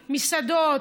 מסעדות,